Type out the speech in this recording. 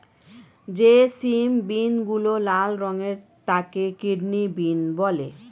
যে সিম বিনগুলো লাল রঙের তাকে কিডনি বিন বলে